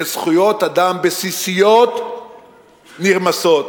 שזכויות אדם בסיסיות נרמסות.